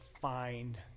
find